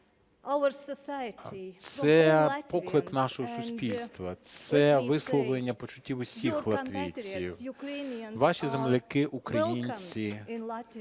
це поклик нашого суспільства, це висловлення почуттів усіх латвійців. Ваші земляки українці